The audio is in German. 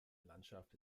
landschaft